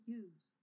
use